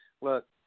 Look